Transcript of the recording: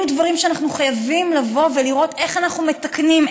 אלה דברים שאנחנו חייבים לבוא ולראות איך אנחנו מתקנים,